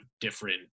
different